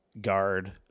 guard